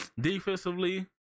Defensively